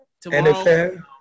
tomorrow